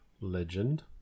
Legend